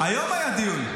היום היה דיון.